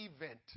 event